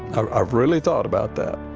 kind of really thought about that.